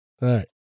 right